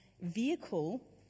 vehicle